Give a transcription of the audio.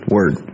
Word